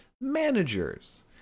managers